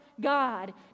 god